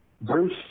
Bruce